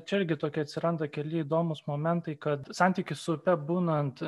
čia irgi tokie atsiranda keli įdomūs momentai kad santykis su upe būnant